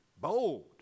bold